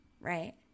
Right